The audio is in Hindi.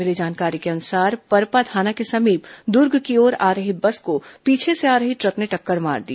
मिली जानकारी के अनुसार परपा थाना के समीप दुर्ग की ओर आ रही बस को पीछे से आ रही द्रक ने टक्कर मार दी